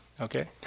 okay